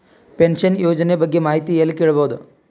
Pension ಯೋಜನ ಬಗ್ಗೆ ಮಾಹಿತಿ ಎಲ್ಲ ಕೇಳಬಹುದು?